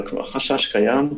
אבל החשש כבר קיים.